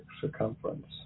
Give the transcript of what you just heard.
circumference